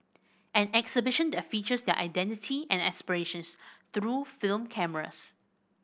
an exhibition that features their identity and aspirations through film cameras